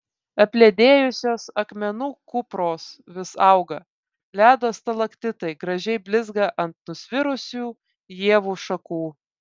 apledėjusios akmenų kupros vis auga ledo stalaktitai gražiai blizga ant nusvirusių ievų šakų